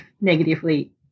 negatively